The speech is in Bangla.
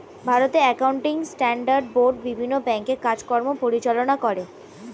ভারতে অ্যাকাউন্টিং স্ট্যান্ডার্ড বোর্ড বিভিন্ন ব্যাংকের কাজ কাম পরিচালনা করে